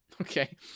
Okay